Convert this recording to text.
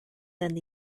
than